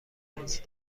پنج